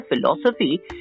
philosophy